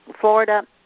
Florida